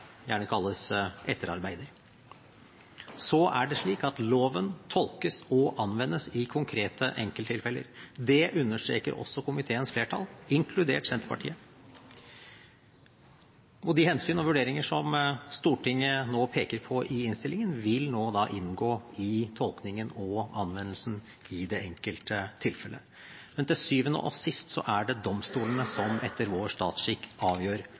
gjerne kalles etterarbeid. Så er det slik at loven tolkes og anvendes i konkrete enkelttilfeller. Det understreker også komiteens flertall, inkludert Senterpartiet. Og de hensyn og vurderinger som Stortinget nå peker på i innstillingen, vil nå inngå i tolkningen og anvendelsen i det enkelte tilfellet. Men til syvende og sist er det domstolene som etter vår statsskikk avgjør